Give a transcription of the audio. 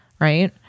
right